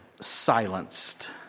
silenced